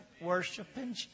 worshiping